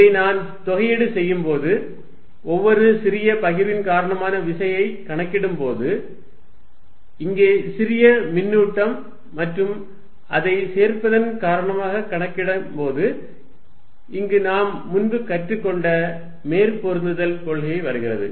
இதை நான் தொகையீடு செய்யும் போது ஒவ்வொரு சிறிய பகிர்வின் காரணமான விசையைக் கணக்கிடும்போது இங்கே சிறிய மின்னூட்டம் மற்றும் அதைச் சேர்ப்பதன் காரணமாக கணக்கிடும்போது இங்கு நாம் முன்பு கற்றுக்கொண்ட மேற்பொருந்தல் கொள்கை வருகிறது